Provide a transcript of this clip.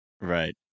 Right